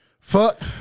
Fuck